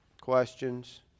questions